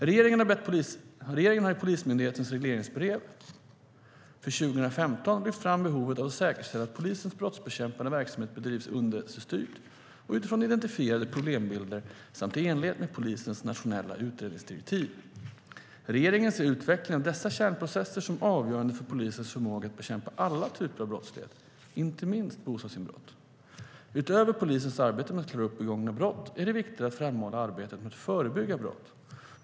Regeringen har i Polismyndighetens regleringsbrev för 2015 lyft fram behovet av att säkerställa att polisens brottsbekämpande verksamhet bedrivs underrättelsestyrt och utifrån identifierade problembilder samt i enlighet med polisens nationella utredningsdirektiv. Regeringen ser utvecklingen av dessa kärnprocesser som avgörande för polisens förmåga att bekämpa alla typer av brottslighet, inte minst bostadsinbrott. Utöver polisens arbete med att klara upp begångna brott är det viktigt att framhålla arbetet med att förebygga brott.